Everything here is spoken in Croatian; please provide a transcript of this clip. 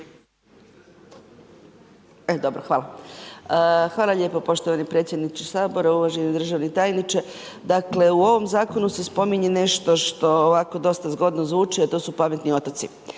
Anka (GLAS)** Hvala lijepo predsjedniče Sabora, uvaženi državni tajniče. U ovom zakonu se spominje nešto što ovako dosta dobro zvuči a to su pametni otoci.